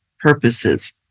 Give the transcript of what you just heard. purposes